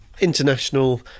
International